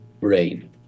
brain